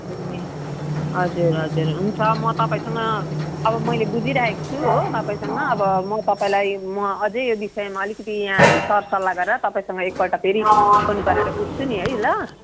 ए हजुर हजुर हुन्छ म तपाईँसँग अब मैले बुझिरहेको छु हो तपाईँसँग अब म तपाईँलाई म अझै यो विषयमा अलिकति यहाँ हामी सरसल्लाह गरेर तपाईसँग एकपल्ट फेरि फोन गरेर बुझ्छु नि है ल